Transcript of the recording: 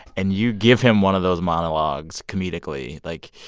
and you give him one of those monologues comedically. like,